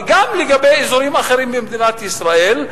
וגם לגבי אזורים אחרים במדינת ישראל,